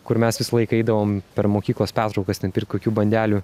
kur mes visą laiką eidavom per mokyklos pertraukas ten kokių bandelių